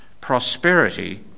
prosperity